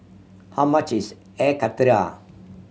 how much is Air Karthira